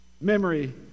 memory